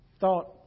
thought